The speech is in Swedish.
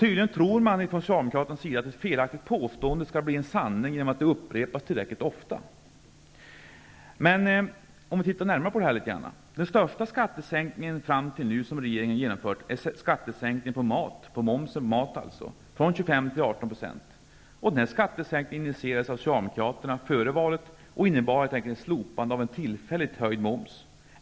Tydligen tror man från socialdemokratisk sida att ett felaktigt påstående blir en sanning genom att det upprepas tillräckligt ofta. Om vi tittar närmare på dessa saker ser vi att den största skattesänkning som regeringen hittills har genomfört är sänkningen av momsen på mat från 25 Socialdemokraterna före valet och innebar helt enkelt ett slopande av en tillfälligt höjd moms.